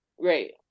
right